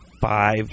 five